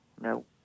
No